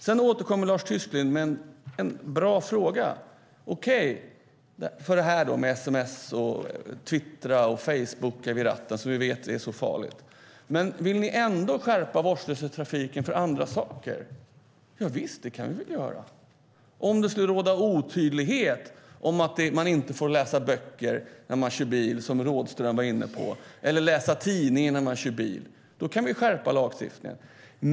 Sedan återkommer Lars Tysklind med en bra fråga: Okej för detta med att sms:a, twittra och facebooka vid ratten, som vi vet är så farligt, men vill ni ändå skärpa lagstiftningen om vårdslöshet i trafiken när det gäller andra saker? Javisst, det kan vi väl göra. Om det skulle råda otydlighet om att man inte får läsa böcker när man kör bil, som Rådhström var inne på, eller läsa tidningen när man kör bil kan vi skärpa lagstiftningen.